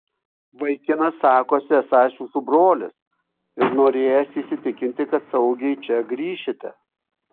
vaikinas sakosi esąs jūsų brolis ir norėjęs įsitikinti kad saugiai čia grįšite